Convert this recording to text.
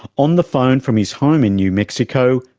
on the phone from his home in new mexico,